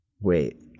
Wait